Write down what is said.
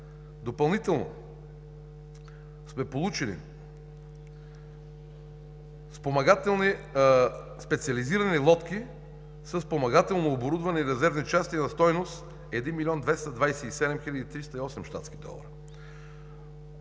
Допълнително сме получили: специализирани лодки със спомагателно оборудване и резервни части на стойност 1 млн. 227 хил. 308 щатски долара,